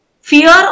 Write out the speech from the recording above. fear